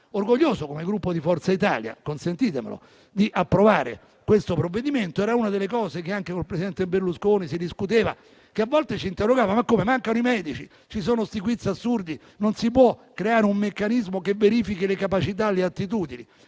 orgoglioso, come Gruppo Forza Italia, questo consentitemelo, di approvare questo provvedimento. Era una delle misure di cui anche col presidente Berlusconi si discuteva. A volte ci si interrogava dicendo: come mai mancano i medici? Ci sono questi quiz assurdi. Non si può creare un meccanismo che verifichi le capacità e le attitudini?